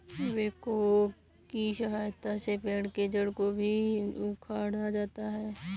backhoe की सहायता से पेड़ के जड़ को भी उखाड़ा जाता है